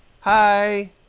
Hi